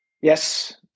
Yes